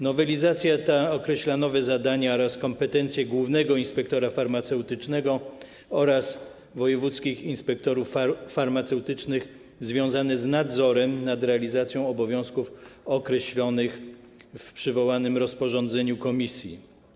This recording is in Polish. Nowelizacja ta określa nowe zadania oraz kompetencje głównego inspektora farmaceutycznego oraz wojewódzkich inspektorów farmaceutycznych związane z nadzorem nad realizacją obowiązków określonych w przywołanym rozporządzeniu Komisji.